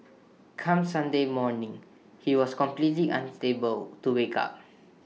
come Sunday morning he was completely unstable to wake up